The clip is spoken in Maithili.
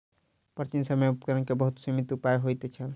प्राचीन समय में उपकरण के बहुत सीमित उपाय होइत छल